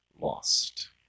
lost